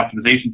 optimization